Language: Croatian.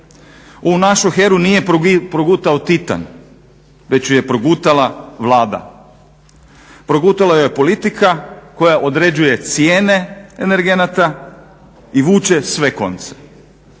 našu HERA-u nije progutao titan već ju je progutala Vlada, progutala ju je politika koja određuje cijene energenata i vuče sve konce.